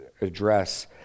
address